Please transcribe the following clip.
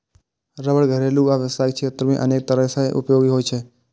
रबड़ घरेलू आ व्यावसायिक क्षेत्र मे अनेक तरह सं उपयोगी होइ छै